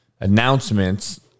announcements